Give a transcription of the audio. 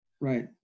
right